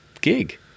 gig